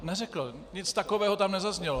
Neřekl, nic takového tam nezaznělo.